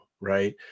right